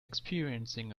experiencing